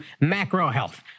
macro-health